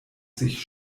sich